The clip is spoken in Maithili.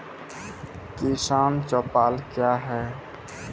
किसान चौपाल क्या हैं?